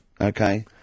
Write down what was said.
okay